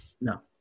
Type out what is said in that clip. No